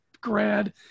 grad